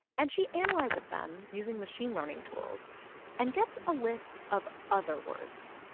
and she analyzes them using machine-learning tools and gets a list of other words,